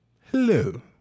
hello